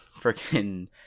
Freaking